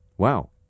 Wow